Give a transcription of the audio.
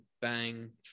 bang